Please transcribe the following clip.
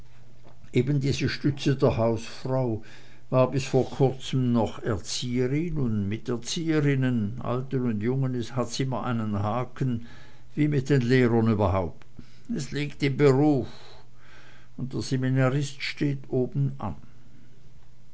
eben diese stütze der hausfrau war bis vor kurzem noch erzieherin und mit erzieherinnen alten und jungen hat's immer einen haken wie mit den lehrern überhaupt es liegt im beruf und der seminarist steht obenan